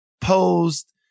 posed